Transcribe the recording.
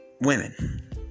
women